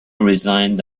resigned